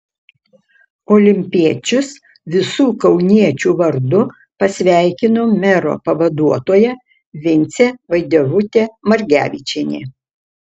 olimpiečius visų kauniečių vardu pasveikino mero pavaduotoja vincė vaidevutė margevičienė